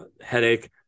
headache